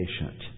patient